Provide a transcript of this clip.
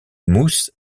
mousse